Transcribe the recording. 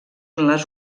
les